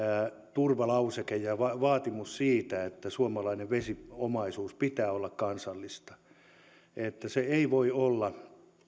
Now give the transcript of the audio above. turvalauseke ja vaatimus siitä että suomalaisen vesiomaisuuden pitää olla kansallista että ei voi olla